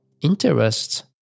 interests